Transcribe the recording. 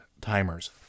timers